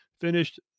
Finished